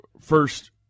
first